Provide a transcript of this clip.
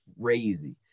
crazy